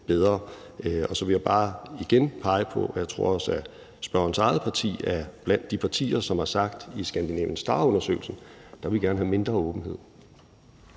bedre. Så vil jeg bare igen pege på – og jeg tror også, at spørgerens eget parti er blandt dem – de partier, som i »Scandinavian Star«-undersøgelsen har sagt, at de gerne vil have mindre åbenhed.